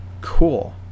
Cool